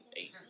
eight